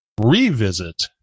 revisit